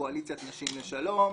קואליציית נשים לשלום,